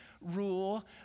rule